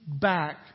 back